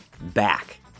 back